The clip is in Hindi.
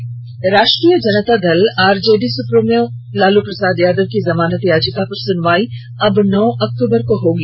लालू यादव राष्ट्रीय जनता दल आरजेडी सुप्रीमो लालू प्रसाद यादव की जमानत याचिका पर सुनवाई अब नौ अक्टूबर को होगी